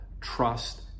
trust